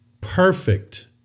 perfect